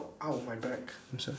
!ow! my back I'm sorry